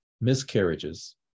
miscarriages